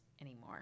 anymore